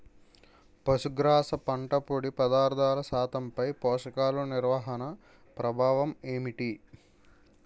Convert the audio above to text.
పశుగ్రాస పంట పొడి పదార్థాల శాతంపై పోషకాలు నిర్వహణ ప్రభావం ఏమిటి?